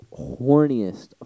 horniest